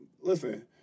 listen